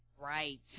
Right